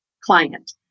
client